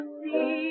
see